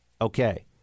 Okay